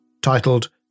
titled